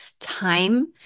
time